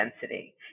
density